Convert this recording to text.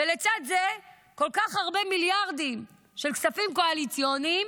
ולצד זה כל כך הרבה מיליארדים של כספים קואליציוניים.